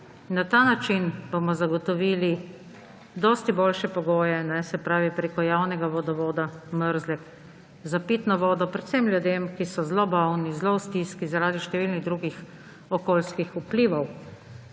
Na ta način bomo zagotovili dosti boljše pogoje, se pravi, preko javnega vodovoda Mrzlek, za pitno vodo predvsem ljudem, ki so zelo bolni, zelo v stiski zaradi številnih drugih okoljskih vplivov.